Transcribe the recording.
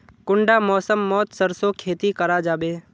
कुंडा मौसम मोत सरसों खेती करा जाबे?